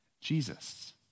Jesus